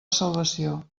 salvació